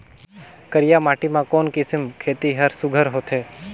करिया माटी मा कोन किसम खेती हर सुघ्घर होथे?